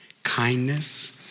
kindness